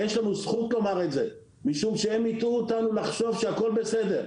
יש לנו זכות לומר את זה משום שהם הטעו אותנו לחשוב שהכול בסדר,